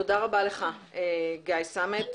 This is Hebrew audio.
תודה רבה לך גיא סמט.